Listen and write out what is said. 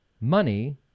money